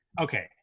okay